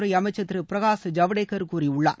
துறை அமைச்சர் திரு பிரகாஷ் ஜவ்டேகர் கூறியிருக்கிறார்